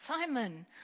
Simon